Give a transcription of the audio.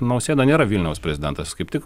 nausėda nėra vilniaus prezidentas kaip tik